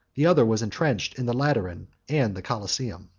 the other was intrenched in the lateran and the coliseum.